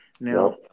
Now